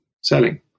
selling